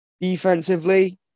Defensively